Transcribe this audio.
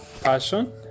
passion